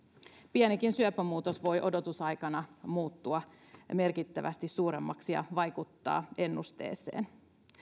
pienikin syöpämuutos voi odotusaikana muuttua merkittävästi suuremmaksi ja vaikuttaa ennusteeseen